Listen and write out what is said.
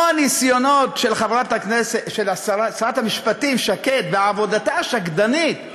או הניסיונות של שרת המשפטים שקד ועבודתה השקדנית,